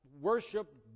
worship